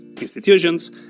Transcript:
Institutions